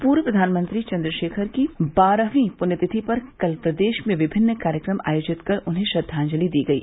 पूर्व प्रधानमंत्री चन्द्रशेखर की बारहवीं पृण्य तिथि पर कल प्रदेश में विभिन्न कार्यक्रम आयोजित कर उन्हें श्रद्वांजलि दी गयी